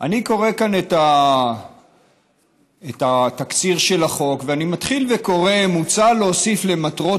אני קורא כאן את התקציר של החוק ואני מתחיל וקורא: מוצע להוסיף למטרות